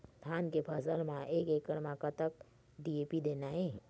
धान के फसल म एक एकड़ म कतक डी.ए.पी देना ये?